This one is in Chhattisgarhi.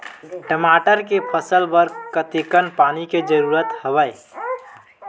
टमाटर के फसल बर कतेकन पानी के जरूरत हवय?